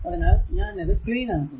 അതിനാൽ ഞാൻ ഇത് ക്ലീൻ ആക്കുന്നു